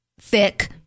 thick